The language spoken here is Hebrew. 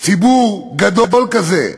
ציבור גדול כזה,